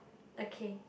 okay